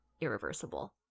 irreversible